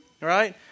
right